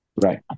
right